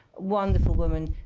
wonderful woman,